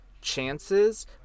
chances